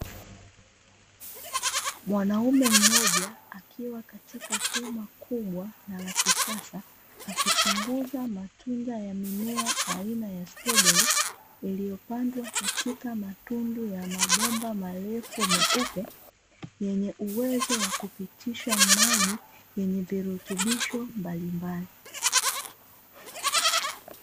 Mwanaume mmoja, akiwa katika hema kubwa na la kisasa, akichunguza matunda ya mimea aina ya strobeli iliyopandwa katika matundu ya mabomba marefu meupe, yenye uwezo wa kupitisha maji yenye virutubisho mbalimbali.